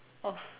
of